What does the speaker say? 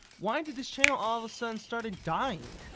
why did this channel all of a sudden started dying?